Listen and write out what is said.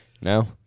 No